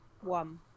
One